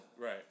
Right